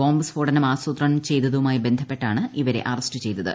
bomb സ്ഫോടനം ആസൂത്രണം ചെയ്തതുമമായി ബന്ധപ്പെട്ടാണ് ഇവരെ അറസ്റ്റു ചെയ്തത്